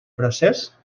procés